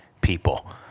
people